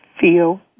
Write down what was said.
feel